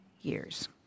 years